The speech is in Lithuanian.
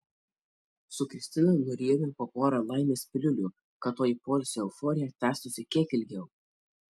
su kristina nurijome po porą laimės piliulių kad toji poilsio euforija tęstųsi kiek ilgiau